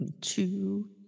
Two